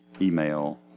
email